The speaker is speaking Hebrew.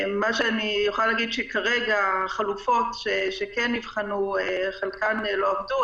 מה שאני אוכל להגיד הוא שכרגע החלופות שכן נבחנו חלקן לא עבדו.